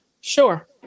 Sure